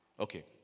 Okay